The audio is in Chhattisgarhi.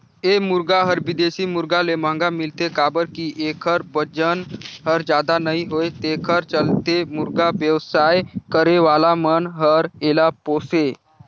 ए मुरगा हर बिदेशी मुरगा ले महंगा मिलथे काबर कि एखर बजन हर जादा नई होये तेखर चलते मुरगा बेवसाय करे वाला मन हर एला पोसे